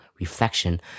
reflection